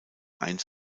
eins